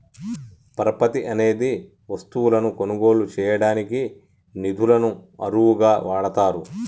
పరపతి అనేది వస్తువులను కొనుగోలు చేయడానికి నిధులను అరువుగా వాడతారు